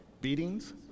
Beatings